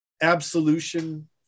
absolution